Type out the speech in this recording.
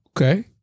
Okay